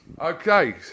Okay